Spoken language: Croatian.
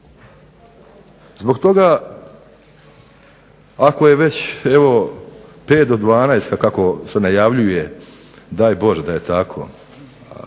Zbog toga ako je već evo pet do 12, da tako se najavljuje, daj Bože da je tako,